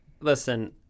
Listen